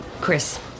Chris